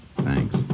Thanks